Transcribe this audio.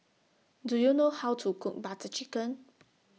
Do YOU know How to Cook Butter Chicken